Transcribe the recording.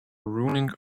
ruining